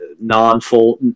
non-full